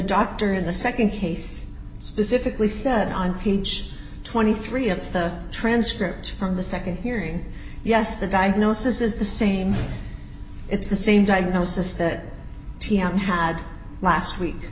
doctor in the nd case specifically said on peach twenty three of the transcript from the nd hearing yes the diagnosis is the same it's the same diagnosis that t m had last week